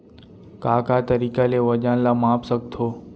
का का तरीक़ा ले वजन ला माप सकथो?